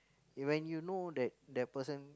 you when you know that that person